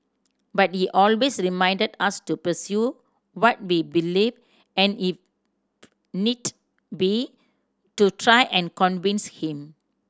but he always reminded us to pursue what we believed and if need be to try and convince him